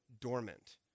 dormant